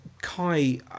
Kai